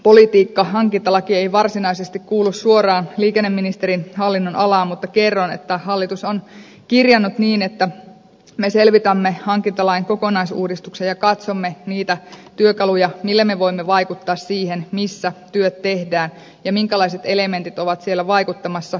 työvoimapolitiikka hankintalaki ei varsinaisesti kuulu suoraan liikenneministerin hallinnonalaan mutta kerron että hallitus on kirjannut että me selvitämme hankintalain kokonaisuudistuksen ja katsomme niitä työkaluja millä me voimme vaikuttaa siihen missä työt tehdään ja minkälaiset elementit ovat siellä vaikuttamassa